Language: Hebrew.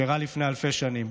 שאירע לפני אלפי שנים,